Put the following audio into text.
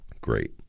Great